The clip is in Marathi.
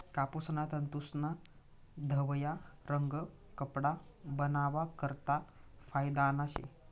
कापूसना तंतूस्ना धवया रंग कपडा बनावा करता फायदाना शे